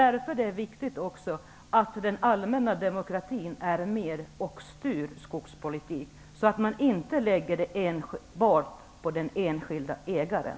Därför är det också viktigt att den allmänna demokratin är med och styr skogspolitiken, så att ansvaret inte enbart läggs på den enskilde ägaren.